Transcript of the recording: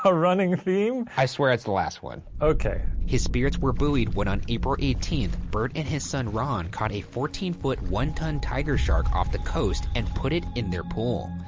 ah running theme? i swear it's the last one. okay. his spirits were buoyed when on april eighteenth, bert and his son, ron, caught a fourteen foot one ton tiger shark off the coast and put it in their pool,